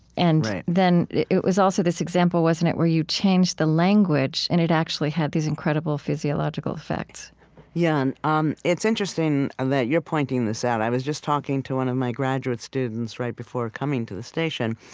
and then it it was also this example, wasn't it, where you changed the language, and it actually had these incredible physiological effects yeah, and um it's interesting and that you're pointing this out. i was just talking to one of my graduate students, right before coming to the station,